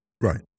Right